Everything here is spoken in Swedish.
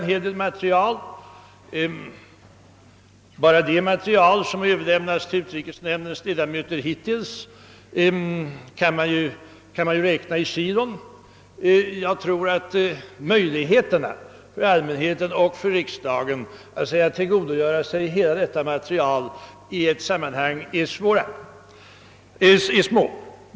Bara det material som hittills överlämnats till utrikesnämndens ledamöter kan ju räknas i kilon, och jag tror att möjligheterna för allmänheten och för riksdagen att tillgodogöra sig hela materialet i ett sammanhang är små.